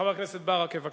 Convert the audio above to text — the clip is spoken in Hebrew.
חבר הכנסת ברכה, בבקשה.